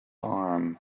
arm